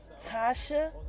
Tasha